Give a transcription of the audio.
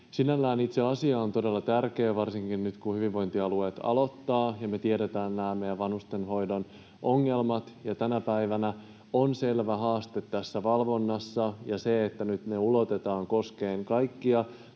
Sinällään itse asia on todella tärkeä, varsinkin nyt kun hyvinvointialueet aloittavat, ja me tiedetään meidän vanhustenhoidon ongelmat. Tänä päivänä on selvä haaste tässä valvonnassa, ja se, että nyt se ulotetaan koskemaan kaikkia